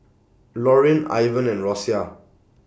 Lorin Ivan and Rosia